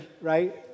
right